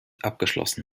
abgeschlossen